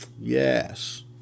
yes